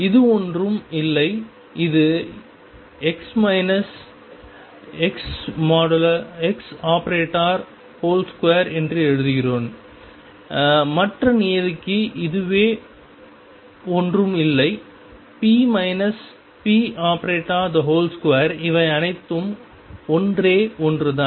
இது ஒன்றும் இல்லை இதை ⟨x ⟨x⟩2⟩ என்றும் எழுதுகிறேன் மற்ற நியதிக்கு இதுவே ஒன்றும் இல்லை ⟨p ⟨p⟩2⟩ இவை அனைத்தும் ஒன்றே ஒன்றுதான்